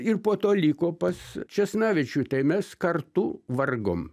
ir po to liko pas česnavičių tai mes kartu vargom